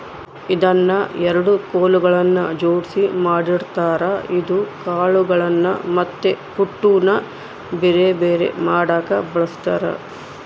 ಇದನ್ನ ಎರಡು ಕೊಲುಗಳ್ನ ಜೊಡ್ಸಿ ಮಾಡಿರ್ತಾರ ಇದು ಕಾಳುಗಳ್ನ ಮತ್ತೆ ಹೊಟ್ಟುನ ಬೆರೆ ಬೆರೆ ಮಾಡಕ ಬಳಸ್ತಾರ